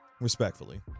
Respectfully